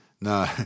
No